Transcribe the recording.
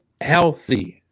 healthy